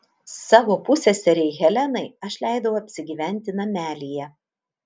savo pusseserei helenai aš leidau apsigyventi namelyje